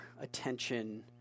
attention